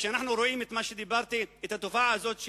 כשאנחנו רואים את התופעה הזאת,